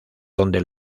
donde